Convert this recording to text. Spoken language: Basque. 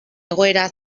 egoera